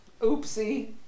Oopsie